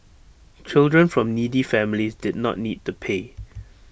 children from needy families did not need to pay